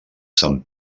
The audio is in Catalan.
sant